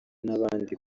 n’abandi